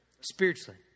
spiritually